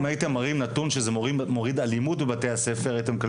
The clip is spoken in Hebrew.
אם הייתם מראים נתון שזה מוריד אלימות בבתי הספר,